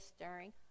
stirring